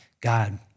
God